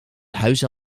huizen